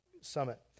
Summit